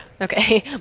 Okay